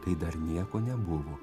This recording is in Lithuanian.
kai dar nieko nebuvo